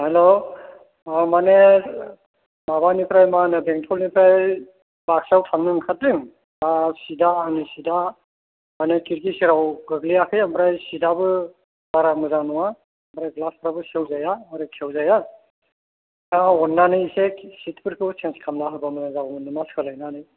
hello औ मानि माबानिफ्राय मा होनो बेंथलनिफ्राय बाक्सायाव थांनो ओंखारदों दा सिदा आंनि सिदा मानि खेरखि सेराव गोग्लैयाखै ओमफ्राय सिदाबो बारा मोजां नङा ओमफ्राय ग्लासफ्राबो खेवजाया ओरै खेवजाया दा अन्नानै एसे सिटफोरखौ चेन्ज खालामना होबा मोजां जागौमोन सोलायनानै